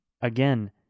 Again